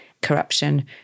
corruption